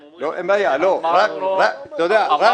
ואותו שני וי כחול שידענו שקראתם.